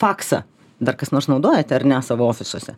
faksą dar kas nors naudojate ar ne savo ofisuose